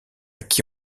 qui